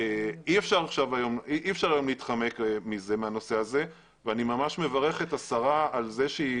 אי אפשר היום להתחמק מהנושא הזה ואני ממש מברך את השרה על כך שהיא